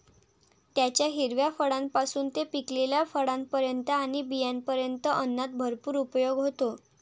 त्याच्या हिरव्या फळांपासून ते पिकलेल्या फळांपर्यंत आणि बियांपर्यंत अन्नात भरपूर उपयोग होतो